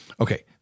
Okay